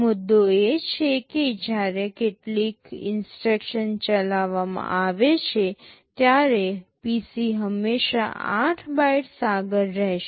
મુદ્દો એ છે કે જ્યારે કેટલીક ઇન્સટ્રક્શન ચલાવવામાં આવે છે ત્યારે PC હંમેશા 8 બાઇટ્સ આગળ રહેશે